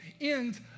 end